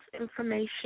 information